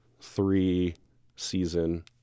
three-season